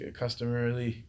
customarily